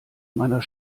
meiner